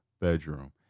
bedroom